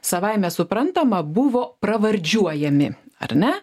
savaime suprantama buvo pravardžiuojami ar ne